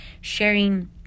sharing